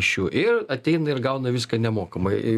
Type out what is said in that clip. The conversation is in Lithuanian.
iš jų ir ateina ir gauna viską nemokamai